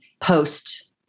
post